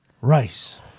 rice